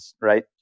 right